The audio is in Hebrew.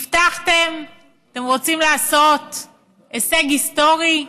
הבטחתם, אתם רוצים לעשות הישג היסטורי,